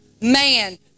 man